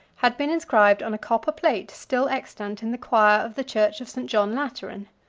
had been inscribed on a copper plate still extant in the choir of the church of st. john lateran.